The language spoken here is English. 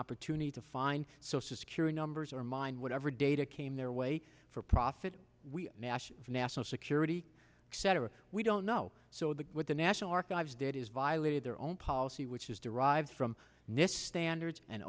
opportunity to find social security numbers or mind whatever data came their way for profit we nash national security cetera we don't know so the what the national archives did is violated their own policy which is derived from nist standards and